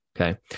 Okay